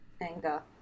Anger